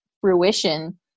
fruition